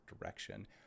direction